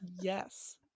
Yes